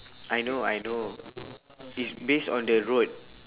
I know I know is base on the road